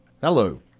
hello